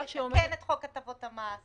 לתקן את חוק הטבות המס?